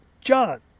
John